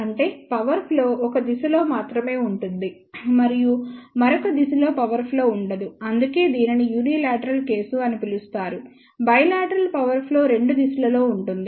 అంటే power flow ఒక దిశలో మాత్రమే ఉంటుంది మరియు మరొక దిశలో పవర్ ఫ్లో ఉండదు అందుకే దీనిని యూనీలేటరల్ కేసు అని పిలుస్తారు బైలేటరల్ పవర్ ఫ్లో రెండు దిశలలో ఉంటుంది